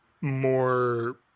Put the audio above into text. more